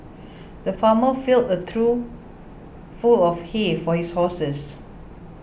the farmer filled a trough full of hay for his horses